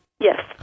Yes